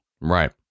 Right